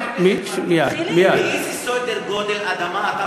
חבר הכנסת מרגי, על איזה סדר-גודל אדמה אתה מדבר?